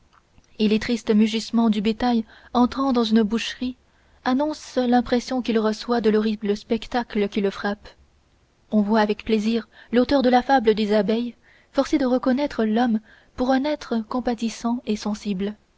et les tristes mugissements du bétail entrant dans une boucherie annoncent l'impression qu'il reçoit de l'horrible spectacle qui le frappe on voit avec plaisir l'auteur de la fable des abeilles forcé de reconnaître l'homme pour un être compatissant et sensible